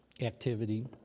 activity